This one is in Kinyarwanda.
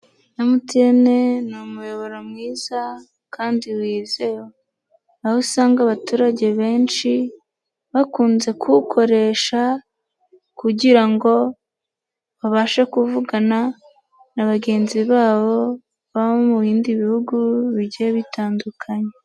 MTN ni umuyoboro mwiza kandi wizewe aho usanga abaturage benshi bakunze kuwukoresha kugira ngo babashe kuvugana na bagenzi babo baba mu bindi bihugu bigiye bitandukanye.